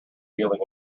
dealing